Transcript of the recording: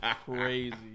crazy